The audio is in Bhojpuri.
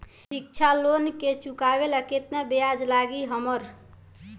शिक्षा लोन के चुकावेला केतना ब्याज लागि हमरा?